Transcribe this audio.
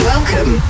Welcome